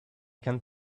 can